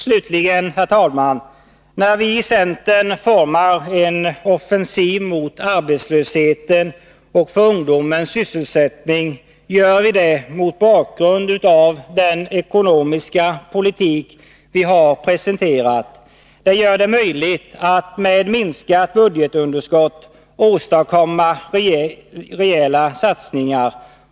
Slutligen, herr talman: När vi i centern formar en offensiv mot arbetslösheten och för ungdomens sysselsättning gör vi det mot bakgrund av den ekonomiska politik vi har presenterat. Den gör det möjligt att med minskat budgetunderskott åstadkomma rejäla satsningar.